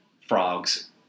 frogs